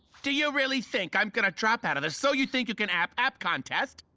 do you really think i'm gonna drop out of the so you think you can app app contest!